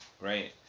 right